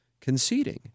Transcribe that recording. conceding